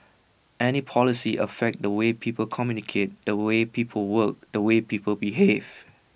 any policies affect the way people communicate the way people work the way people behave